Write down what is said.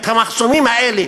את המחסומים האלה